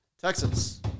Texas